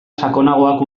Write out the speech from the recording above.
sakonagoak